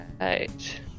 right